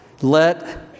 Let